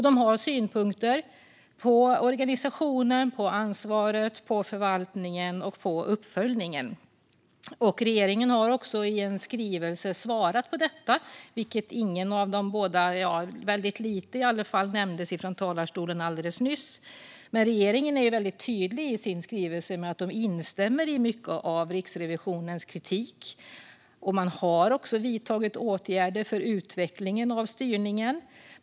Den har synpunkter på organisationen, ansvaret, förvaltningen och uppföljningen. Regeringen har i en skrivelse svarat på detta. Väldigt lite nämndes om det från talarstolen alldeles nyss. Regeringen är väldigt tydlig i sin skrivelse med att den instämmer i mycket av Riksrevisionens kritik. Man har också vidtagit åtgärder för utvecklingen av styrningen.